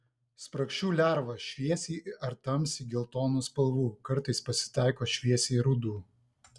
spragšių lervos šviesiai ar tamsiai geltonų spalvų kartais pasitaiko šviesiai rudų